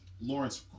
Lawrence